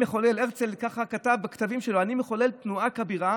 כך כתב הרצל בכתבים שלו: אני מחולל תנועה כבירה